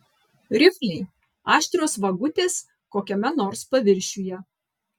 rifliai aštrios vagutės kokiame nors paviršiuje